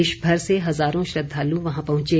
देशभर से हजारों श्रद्वालु वहां पहुंचे